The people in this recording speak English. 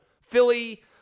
Philly